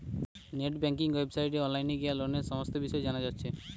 net banking ওয়েবসাইটে online গিয়ে লোনের সমস্ত বিষয় জানা যাচ্ছে